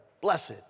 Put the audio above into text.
Blessed